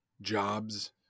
jobs